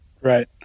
Right